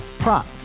Prop